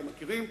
אתם מכירים.